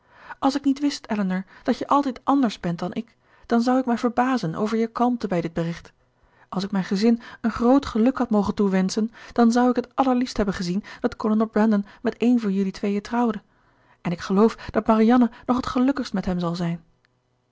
als ik niet wist elinor dat je altijd anders bent dan ik dan zou ik mij verbazen over je kalmte bij dit bericht als ik mijn gezin een groot geluk had mogen toewenschen dan zou ik het allerliefst hebben gezien dat kolonel brandon met een van jelui tweeën trouwde en ik geloof dat marianne nog het gelukkigst met hem zal zijn